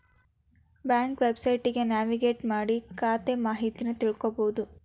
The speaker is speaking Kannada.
ಬ್ಯಾಂಕ್ನ ವೆಬ್ಸೈಟ್ಗಿ ನ್ಯಾವಿಗೇಟ್ ಮಾಡಿ ಖಾತೆ ಮಾಹಿತಿನಾ ತಿಳ್ಕೋಬೋದು